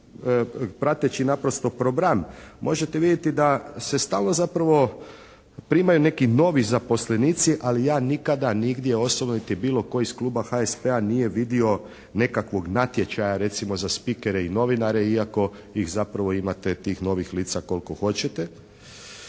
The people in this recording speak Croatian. prateći naprosto program možete vidjeti da se stalno zapravo primaju neki novi zaposlenici, ali ja nikada nigdje osobno niti bilo tko iz klub HSP-a nije vidio nekakvog natječaja recimo za spikere i novinare iako ih zapravo imate tih novih lica koliko hoćete.